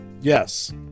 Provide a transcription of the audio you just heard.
yes